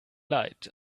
leid